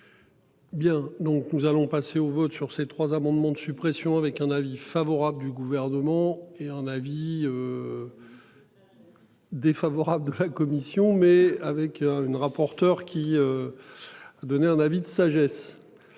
Bien, donc nous allons passer au vote, sur ces trois amendements de suppression avec un avis favorable du gouvernement et un avis. Défavorable de la commission mais avec une rapporteur qui. Donné un avis de sagesse.